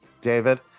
david